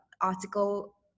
article